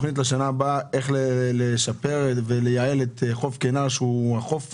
האם יש תוכנית לשנה הבאה איך לשפר ולייעל את חוף כינר שהוא החוף,